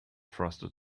frosted